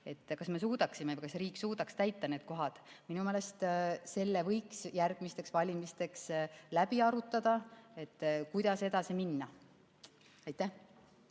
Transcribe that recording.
Kas me suudaksime, kas riik suudaks täita need kohad? Minu meelest selle võiks järgmisteks valimisteks läbi arutada, kuidas edasi minna. Tarmo